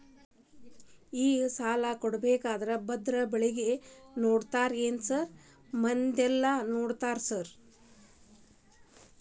ಈ ಸಾಲ ಕೊಡ್ಬೇಕಂದ್ರೆ ಒಬ್ರದ ಗಳಿಕೆ ನೋಡ್ತೇರಾ ಏನ್ ಮನೆ ಮಂದಿದೆಲ್ಲ ನೋಡ್ತೇರಾ ಸಾರ್?